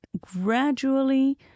gradually